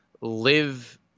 live